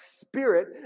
spirit